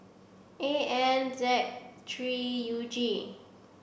A N Z three U G